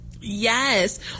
Yes